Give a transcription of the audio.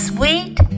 Sweet